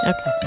Okay